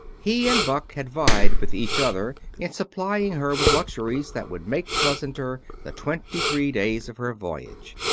he and buck had vied with each other in supplying her with luxuries that would make pleasanter the twenty-three days of her voyage.